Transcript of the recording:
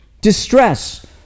distress